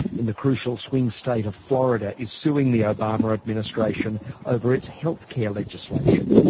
in the crucial swing state of florida, is suing the obama administration over its healthcare legislation.